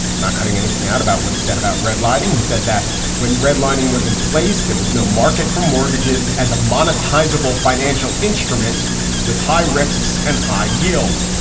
not cutting anything out about what he said about redlining. he said that when redlining was in place, there was no market for mortgages as a monetizable financial instrument with high risks and high yields.